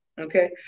okay